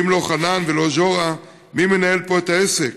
ואם לא חנן ולא ז'ורה, מי מנהל פה את העסק?